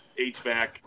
HVAC